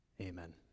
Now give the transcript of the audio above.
Amen